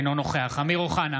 אינו נוכח אמיר אוחנה,